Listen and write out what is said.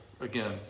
again